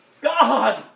God